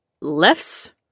lefts